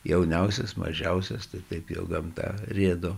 jauniausias mažiausias tai taip jau gamta rėdo